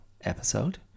episode